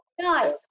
nice